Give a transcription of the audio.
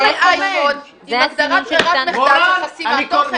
יש לי אייפון, עם הגדרת ברירת מחדל של חסימת תוכן.